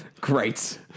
Great